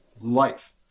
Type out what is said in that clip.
life